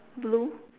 blue